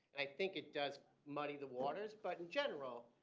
i think it does muddy the waters. but in general,